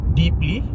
deeply